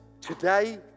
today